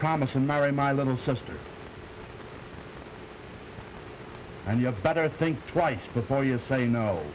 promise to marry my little sister and you have better think twice before you say no